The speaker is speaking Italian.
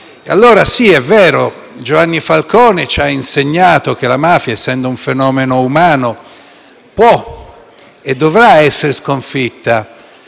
mafiosi. È vero, Giovanni Falcone ci ha insegnato che la mafia, essendo un fenomeno umano, può e dovrà essere sconfitta,